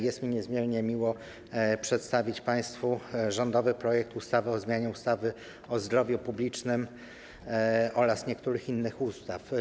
Jest mi niezmiernie miło przedstawić państwu rządowy projekt ustawy o zmianie ustawy o zdrowiu publicznym oraz niektórych innych ustaw.